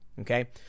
Okay